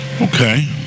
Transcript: Okay